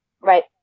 right